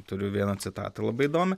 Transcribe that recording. turiu vieną citatą labai įdomią